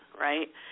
right